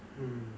mm